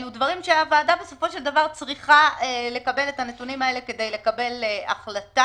אלה דברים שהוועדה צריכה לקבל כדי לקבל החלטה.